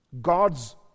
God's